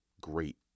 great